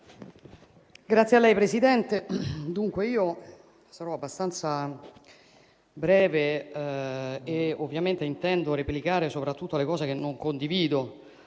Signor Presidente, sarò abbastanza breve e ovviamente intendo replicare soprattutto alle cose che non condivido.